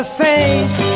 face